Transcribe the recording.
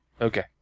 Okay